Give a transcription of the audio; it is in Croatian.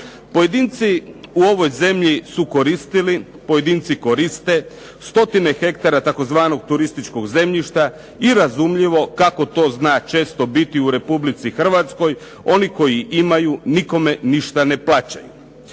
Pojedinci u ovoj zemlji su koristili, pojedinci koriste stotine hektara tzv. turističkog zemljišta i razumljivo kako to zna često biti u Republici Hrvatskoj oni koji imaju nikome ništa ne plaćaju.